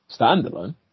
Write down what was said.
standalone